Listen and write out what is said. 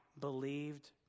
believed